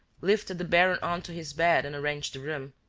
lifted the baron on to his bed and arranged the room.